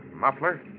muffler